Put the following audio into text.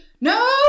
No